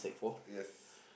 yes